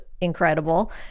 incredible